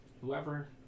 whoever